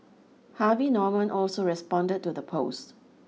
Harvey Norman also responded to the post